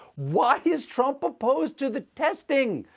why is trump opposed to the testing?